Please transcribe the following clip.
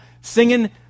singing